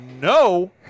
no